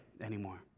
anymore